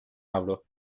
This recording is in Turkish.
avro